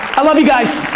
i love you guys!